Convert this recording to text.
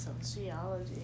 sociology